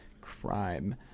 Crime